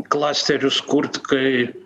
klasterius kurt kai